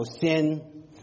sin